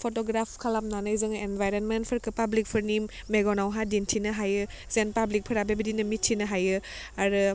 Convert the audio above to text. photograph खालामनानै जोङो एनभाइरेनमेन्टफोरखो पाब्लिकफोरनि मेगनावहा दिन्थिनो हायो जेन पाब्लिकफोरा बेबादिनो मिथिनो हायो आरो